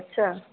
अच्छा